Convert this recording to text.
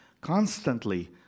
constantly